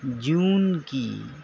جون کی